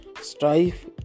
strife